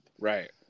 Right